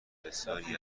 بسیاری